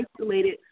isolated